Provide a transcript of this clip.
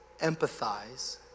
empathize